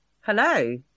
Hello